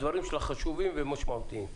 הדברים שלך חשובים ומשמעותיים.